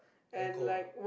echo ah